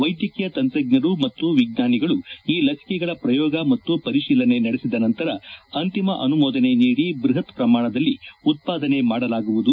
ವೈದ್ಯಕೀಯ ತಂತ್ರಜ್ಞರು ಮತ್ತು ವಿಜ್ಞಾನಿಗಳು ಈ ಲಸಿಕೆಗಳ ಪ್ರಯೋಗ ಮತ್ತು ಪರಿಶೀಲನೆ ನಡೆಸಿದ ನಂತರ ಅಂತಿಮ ಅನುಮೋದನೆ ನೀಡಿ ಬೃಹತ್ ಪ್ರಮಾಣದಲ್ಲಿ ಉತ್ಪಾದನೆ ಮಾಡಲಾಗುವುದು